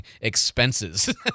expenses